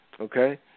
okay